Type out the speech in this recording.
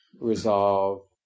resolve